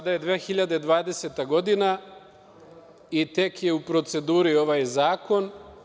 Sada je 2020. godina i tek je u proceduri ovaj zakon.